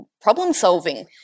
problem-solving